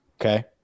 Okay